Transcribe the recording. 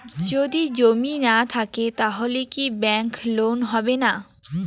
যদি জমি না থাকে তাহলে কি ব্যাংক লোন হবে না?